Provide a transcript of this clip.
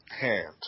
hand